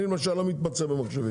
אני למשל לא מתמצא במחשבים.